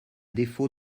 défaut